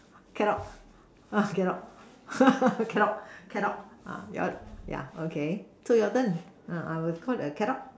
cadog uh cadog cadog cadog uh ya ya okay so your turn uh I will Call it a cadog